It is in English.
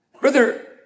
Brother